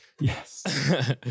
Yes